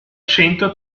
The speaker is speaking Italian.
centro